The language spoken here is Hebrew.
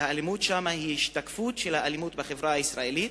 שהאלימות שם היא השתקפות של האלימות בחברה הישראלית,